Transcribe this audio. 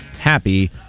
Happy